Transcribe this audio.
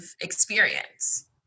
experience